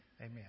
Amen